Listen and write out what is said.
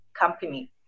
company